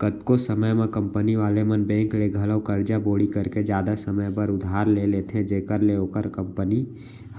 कतको समे म कंपनी वाले मन बेंक ले घलौ करजा बोड़ी करके जादा समे बर उधार ले लेथें जेखर ले ओखर कंपनी